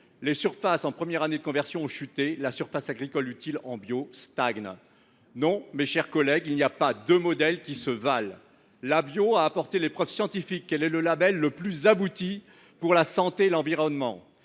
Les surfaces en première année de conversion ont chuté ; la surface agricole utile (SAU) en bio stagne. Non, mes chers collègues, il n’y a pas deux modèles qui se valent. La bio a apporté les preuves scientifiques qu’elle est le label le plus abouti pour la santé et l’environnement.